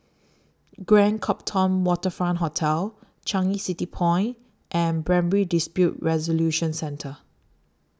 Grand Copthorne Waterfront Hotel Changi City Point and Primary Dispute Resolution Centre